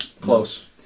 close